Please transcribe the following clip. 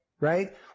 right